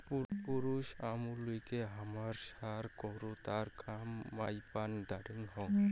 পুরুছ আমুইকে হামরা ষাঁড় কহু তার কাম মাইপান দংনি হোক